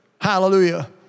Hallelujah